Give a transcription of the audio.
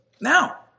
Now